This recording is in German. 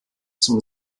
zum